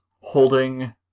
holding